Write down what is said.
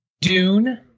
Dune